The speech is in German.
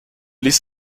liess